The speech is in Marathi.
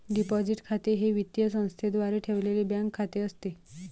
डिपॉझिट खाते हे वित्तीय संस्थेद्वारे ठेवलेले बँक खाते असते